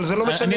אבל זה לא משנה,